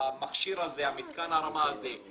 מתקן ההרמה הזה,